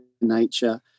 nature